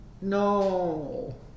No